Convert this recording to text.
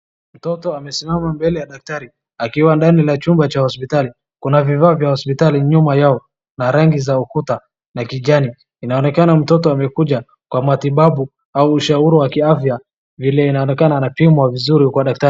Mtoto amesimama mbele ya daktari akiwa ndani la chumba cha hospitali. Kuna vifaa vya hospitali nyuma yao na rangi za ukuta na kijani. Inaonekana mtoto amekuja kwa matibabu au ushauri wa kiafya vile inaonekana anapimwa vizuri kwa daktari.